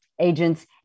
agents